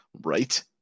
Right